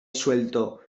suelto